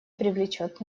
привлечет